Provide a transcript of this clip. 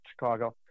Chicago